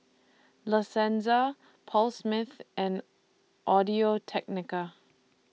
La Senza Paul Smith and Audio Technica